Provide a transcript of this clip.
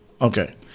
Okay